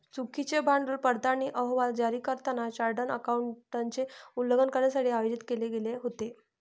चुकीचे भांडवल पडताळणी अहवाल जारी करताना चार्टर्ड अकाउंटंटचे उल्लंघन करण्यासाठी आयोजित केले गेले होते